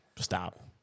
stop